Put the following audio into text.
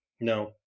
No